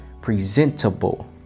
presentable